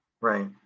Right